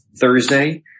Thursday